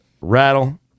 rattle